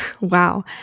Wow